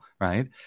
right